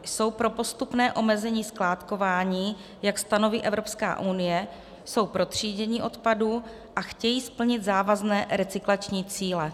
Jsou pro postupné omezení skládkování, jak stanoví Evropská unie, jsou pro třídění odpadu a chtějí splnit závazné recyklační cíle.